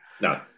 No